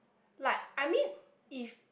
like I mean if